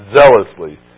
zealously